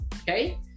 okay